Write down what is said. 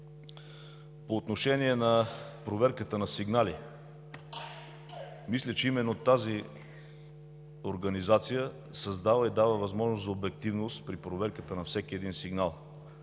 По отношение на проверката на сигнали мисля, че именно тази организация създава и дава възможност за обективност при проверката на всеки един сигнал.